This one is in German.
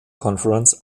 conference